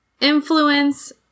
influence